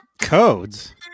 Codes